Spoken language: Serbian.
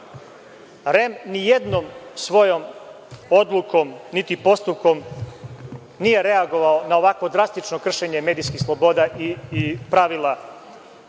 nijednom svojom odlukom niti postupkom nije reagovao na ovako drastično kršenje medijskih sloboda i pravila